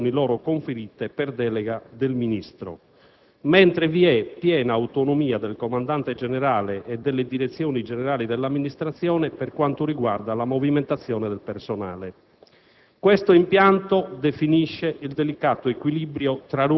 e dei Sottosegretari di Stato quando esercitano le funzioni loro conferite per delega del Ministro, mentre vi è piena autonomia del Comandante generale e delle Direzioni generali dell'amministrazione per quanto riguarda la movimentazione del personale.